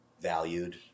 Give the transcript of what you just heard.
valued